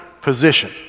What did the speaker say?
position